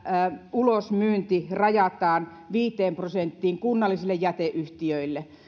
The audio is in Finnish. ulosmyynti rajataan viiteen prosenttiin kunnallisille jäteyhtiöille